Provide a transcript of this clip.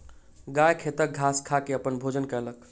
गाय खेतक घास खा के अपन भोजन कयलक